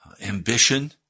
ambition